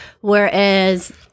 Whereas